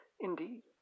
Indeed